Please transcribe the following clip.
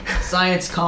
Science